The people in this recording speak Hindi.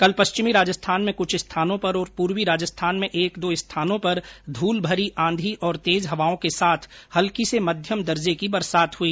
कल पश्चिमी राजस्थान में कुछ स्थानों पर और पूर्वी राजस्थान में एक दो स्थानों पर धूलभरी आंधी और तेज हवाओं के साथ हल्की से मध्यम दर्जे की बरसात हुई